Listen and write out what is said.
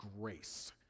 grace